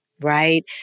right